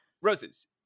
Roses